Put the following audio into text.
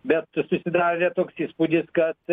bet susidarė toks įspūdis kad